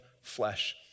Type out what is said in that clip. flesh